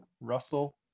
Russell